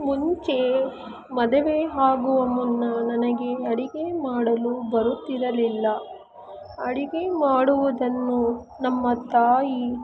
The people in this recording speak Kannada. ಮುಂಚೆ ಮದುವೆ ಆಗುವ ಮುನ್ನ ನನಗೆ ಅಡಿಗೆ ಮಾಡಲು ಬರುತ್ತಿರಲಿಲ್ಲ ಅಡಿಗೆ ಮಾಡುವುದನ್ನು ನಮ್ಮ ತಾಯಿ